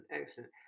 excellent